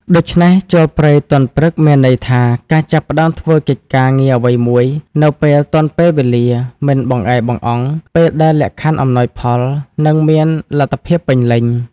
ដូច្នេះចូលព្រៃទាន់ព្រឹក មានន័យថា ការចាប់ផ្ដើមធ្វើកិច្ចការងារអ្វីមួយនៅពេលទាន់ពេលវេលា មិនបង្អែបង្អង់ ពេលដែលលក្ខខណ្ឌអំណោយផល និងមានលទ្ធភាពពេញលេញ ។